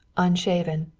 unshaven,